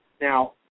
Now